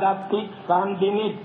הדתית והמדינית,